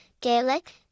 Gaelic